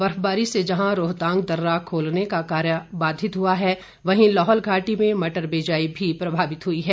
बर्फबारी से जहां रोहतांग दर्रा खोलने का कार्य बाधित हुआ है वहीं लाहौल घाटी में मटर बिजाई भी प्रभावित हुई है